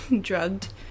drugged